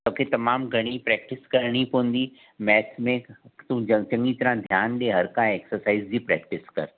तोखे तमामु घणी प्रैक्टिस करणी पवंदी मैक्स में तूं चङी तरह ध्यानु ॾे हर काई ऐक्सरसाइस जी प्रैक्टिस कर